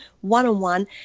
one-on-one